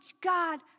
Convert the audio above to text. God